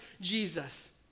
Jesus